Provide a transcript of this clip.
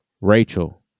Rachel